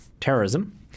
terrorism